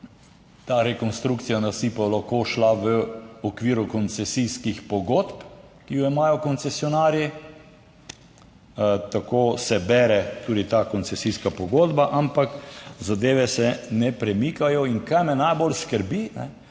ta rekonstrukcija nasipov lahko šla v okviru koncesijskih pogodb, ki jo imajo koncesionarji, tako se bere tudi ta koncesijska pogodba, ampak zadeve se ne premikajo. In kaj me najbolj skrbi?